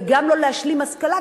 וגם לא להשלים השכלה,